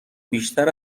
بیشتر